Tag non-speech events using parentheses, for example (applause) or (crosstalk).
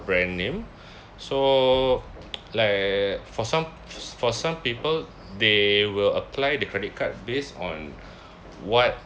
brand name (breath) so like for some for some people they will apply the credit card based on what